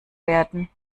werden